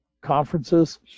conferences